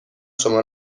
شما